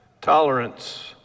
tolerance